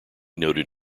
noted